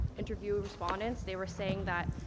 interview respondents, they were saying that,